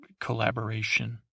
collaboration